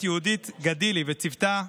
יהודית גידלי וצוותה,